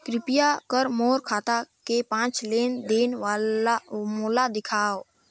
कृपया कर मोर खाता के पांच लेन देन मोला दिखावव